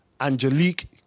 Angelique